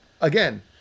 again